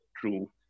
true